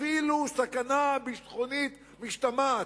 אפילו סכנה ביטחונית משתמעת,